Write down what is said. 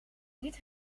niet